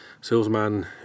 salesman